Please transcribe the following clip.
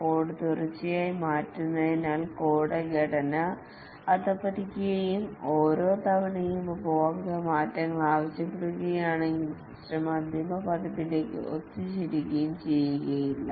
code തുടർച്ചയായി മാറ്റുന്നതിനാൽ code ഘടന അധപതിക്കുകയും ഓരോ തവണയും ഉപഭോക്താവ് മാറ്റങ്ങൾ ആവശ്യപ്പെടുകയാണെങ്കിൽ സിസ്റ്റം അന്തിമ പതിപ്പിലേക്ക് ഒത്തുചേരുകയും ചെയ്യില്ല